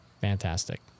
fantastic